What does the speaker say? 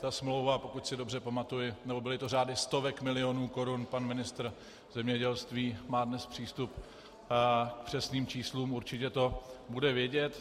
Ta smlouva přesahovala, pokud si dobře pamatuji nebo byly to řády stovek milionů korun, pan ministr zemědělství má dnes přístup k přesným číslům, určitě to bude vědět.